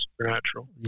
Supernatural